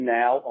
now